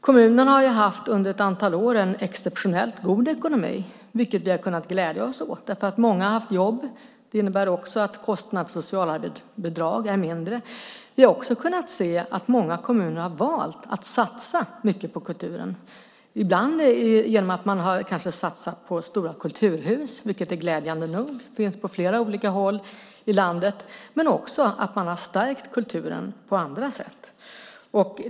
Kommunerna har under ett antal år haft en exceptionellt god ekonomi, vilket vi har kunnat glädja oss åt. Många har haft jobb. Det innebär också att kostnaderna för socialbidrag är mindre. Vi har även kunnat se att många kommuner har valt att satsa mycket på kulturen, ibland genom att man kanske har satsat på stora kulturhus, vilket är glädjande nog. Sådana finns på flera olika håll i landet. Men man har också stärkt kulturen på andra sätt.